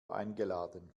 eingeladen